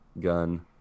gun